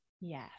Yes